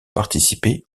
participé